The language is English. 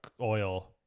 oil